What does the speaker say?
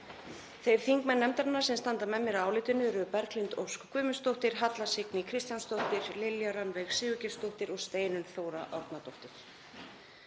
Þeir þingmenn nefnd-arinnar sem standa með mér að álitinu eru Berglind Ósk Guðmundsdóttir, Halla Signý Kristjánsdóttir, Lilja Rannveig Sigurgeirsdóttir og Steinunn Þóra Árnadóttir.